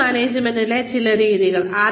career മാനേജ്മെന്റിന്റെ ചില രീതികൾ